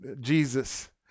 Jesus